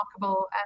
remarkable